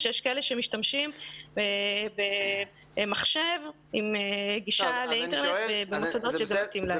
שיש כאלה שמשתמשים במחשב עם גישה לאינטרנט במוסדות שזה מתאים להם.